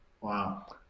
Wow